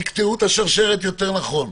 יקטעו את השרשרת יותר נכון.